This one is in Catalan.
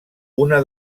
una